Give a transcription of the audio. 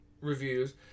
reviews